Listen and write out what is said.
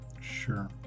Sure